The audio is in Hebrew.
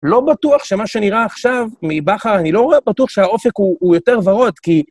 לא בטוח שמה שנראה עכשיו מבכר, אני לא רואה בטוח שהאופק הוא יותר ורוד, כי...